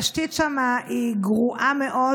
התשתית שם היא גרועה מאוד,